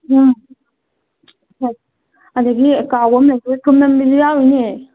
ꯎꯝ ꯍꯣꯏ ꯑꯗꯒꯤ ꯀꯥꯎꯕꯤ ꯑꯃꯁꯨ ꯂꯩꯗꯣꯔꯤ ꯊꯨꯝꯅꯝꯕꯤ ꯑꯃꯁꯨ ꯌꯥꯎꯔꯤꯅꯦ